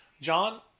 John